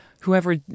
whoever